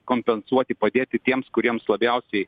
kompensuoti padėti tiems kuriems labiausiai